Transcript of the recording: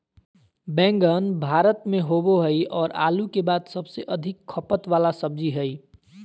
बैंगन भारत में होबो हइ और आलू के बाद सबसे अधिक खपत वाला सब्जी हइ